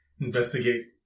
investigate